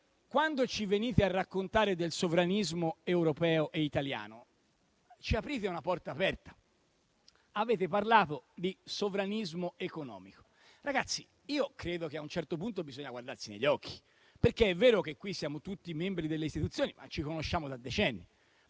quando ci venite a raccontare del sovranismo europeo e italiano, ci aprite una porta aperta. Avete parlato di sovranismo economico. Credo che a un certo punto bisogna guardarsi negli occhi. È vero che qui siamo tutti membri delle istituzioni e ci conosciamo da decenni.